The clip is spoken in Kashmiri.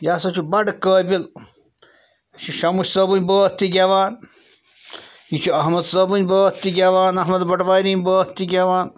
یہِ ہسا چھُ بَڑٕ قٲبِل یہِ چھُ شَمٕدۍ صٲبٕنۍ بٲتھ تہِ گٮ۪وان یہِ چھُ اَحمد صٲبٕنۍ بٲتھ تہِ گٮ۪وان اَحمد بَٹوارِنۍ بٲتھ تہِ گٮ۪وان